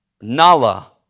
Nala